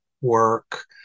work